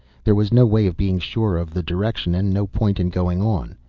there was no way of being sure of the direction, and no point in going on.